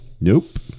Nope